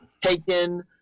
taken